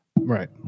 Right